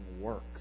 works